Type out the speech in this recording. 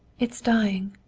it's dying,